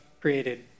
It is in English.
created